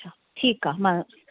अच्छा ठीकु आहे मां